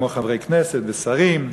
כמו חברי כנסת ושרים,